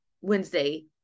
wednesday